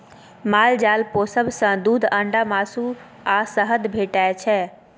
माल जाल पोसब सँ दुध, अंडा, मासु आ शहद भेटै छै